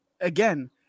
again